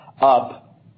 up